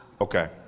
Okay